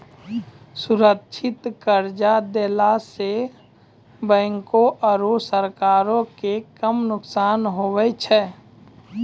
सुरक्षित कर्जा देला सं बैंको आरू सरकारो के कम नुकसान हुवै छै